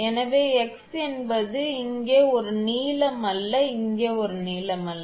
எனவே x என்பது இங்கே ஒரு நீளம் அல்ல இங்கே ஒரு நீளம் அல்ல